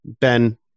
Ben